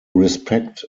respect